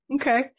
Okay